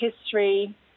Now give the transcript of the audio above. history